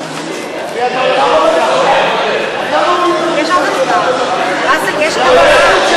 זה בזכות התורה שהממשלה הזאת רומסת